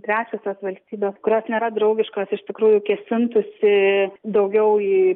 trečiosios valstybės kurios nėra draugiškos iš tikrųjų kėsintųsi daugiau į